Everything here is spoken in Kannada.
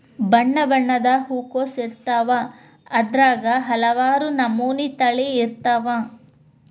ಬಣ್ಣಬಣ್ಣದ ಹೂಕೋಸು ಇರ್ತಾವ ಅದ್ರಾಗ ಹಲವಾರ ನಮನಿ ತಳಿ ಇರ್ತಾವ